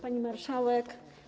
Pani Marszałek!